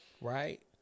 Right